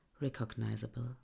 recognizable